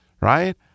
right